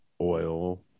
oil